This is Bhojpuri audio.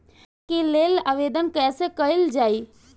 बीमा के लेल आवेदन कैसे कयील जाइ?